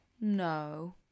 No